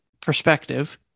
perspective